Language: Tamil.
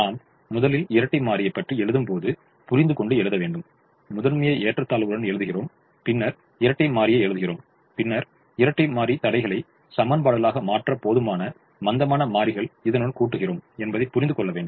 நாம் முதலில் இரட்டை மாறியை பற்றி எழுதும் போது புரிந்து கொண்டு எழுத வேண்டும் முதன்மையை ஏற்றத்தாழ்வுகளுடன் எழுதுகிறோம் பின்னர் இரட்டைமாறி எழுதுகிறோம் பின்னர் இரட்டை மாறி தடைகளை சமன்பாடுகளாக மாற்ற போதுமான மந்தமான மாறிகள் இதனுடன் கூட்டுகின்றோம் என்பதை புரிந்து கொள்ள வேண்டும்